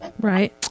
Right